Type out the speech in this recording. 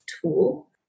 tool